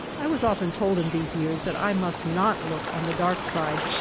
i was often told in these years that i must not look on the dark side,